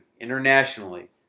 internationally